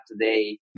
today